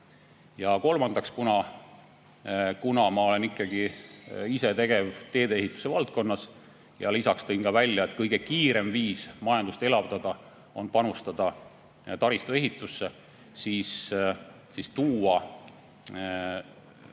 Ja kolmandaks, kuna ma olen ise tegev teedeehituse valdkonnas ja tõin ka välja, et kõige kiirem viis majandust elavdada on panustada taristuehitusse, siis arvan,